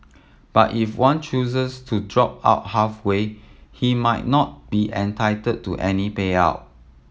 but if one chooses to drop out halfway he might not be entitled to any payout